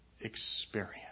experience